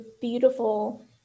beautiful